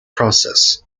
process